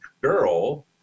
girl